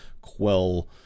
quell